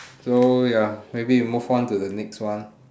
so ya maybe we move on to the next one